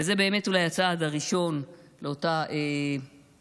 וזה באמת אולי הצעד הראשון לאותו אובדן